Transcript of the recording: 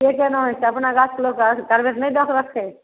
से कोना होइ छै अपना गाछके लोक कार्बेट नहि दऽ कऽ राखै हइ